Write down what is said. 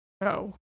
No